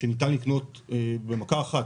בדיון הקודם ביקשנו לקבל תשובות על כמה שאלות,